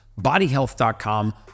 Bodyhealth.com